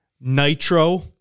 Nitro